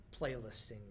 playlisting